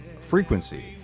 frequency